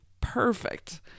perfect